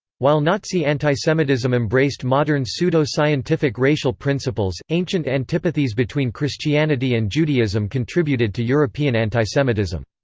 while nazi antisemitism embraced modern pseudo-scientific racial principles, ancient antipathies between christianity and judaism contributed to european antisemitism.